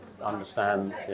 understand